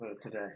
today